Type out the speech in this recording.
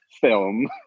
film